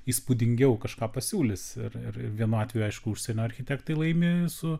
įspūdingiau kažką pasiūlys ir ir vienu atveju aišku užsienio architektai laimi su